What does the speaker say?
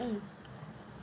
mm